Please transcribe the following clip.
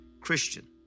Christian